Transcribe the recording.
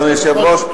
אדוני היושב-ראש.